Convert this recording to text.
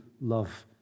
love